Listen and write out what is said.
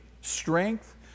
strength